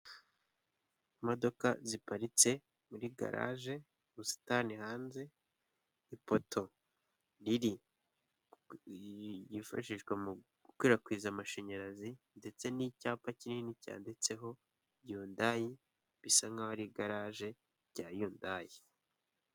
Imodoka ziparitse muri garage, ubusitani hanze ipoto riri ryifashishwa mu gukwirakwiza amashanyarazi ndetse n'icyapa kinini cyanditseho Hyundai bisa nkaho ari igarage rya Hyundai.